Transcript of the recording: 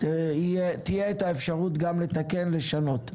תהיה גם את האפשרות לתקן ולשנות.